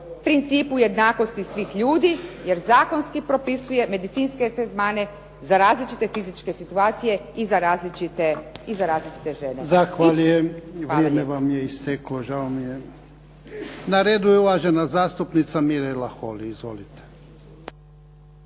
principu jednakosti svih ljudi, jer zakonski propisuje medicinske tretmane za različite fizičke situacije i za različite